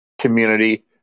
community